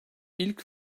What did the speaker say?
i̇lk